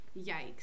yikes